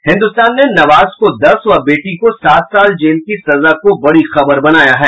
हिन्दुस्तान ने नवाज को दस व बेटी को सात साल जेल की सजा को बड़ी खबर बनाया है